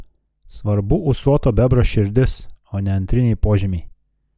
svarbu ūsuoto bebro širdis o ne antriniai požymiai